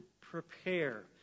Prepare